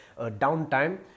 downtime